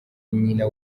nyina